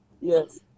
Yes